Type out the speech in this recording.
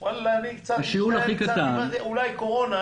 אני קצת משתעל, אולי יש לי קורונה